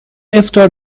افطار